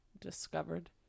discovered